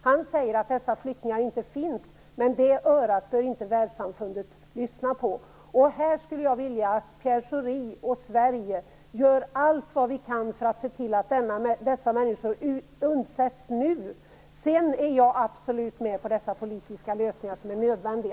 Han säger att dessa flyktingar inte finns, men det örat bör inte världssamfundet lyssna på. Jag skulle vilja att Pierre Schori och Sverige gör allt vad vi kan för att se till att dessa människor undsätts nu. Sedan är jag absolut med på dessa politiska lösningar som är nödvändiga.